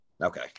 Okay